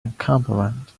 encampment